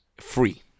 free